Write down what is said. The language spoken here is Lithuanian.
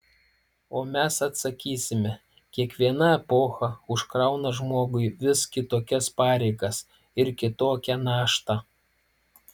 o mes atsakysime kiekviena epocha užkrauna žmogui vis kitokias pareigas ir kitokią naštą